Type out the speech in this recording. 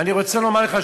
ואני רוצה לומר לך,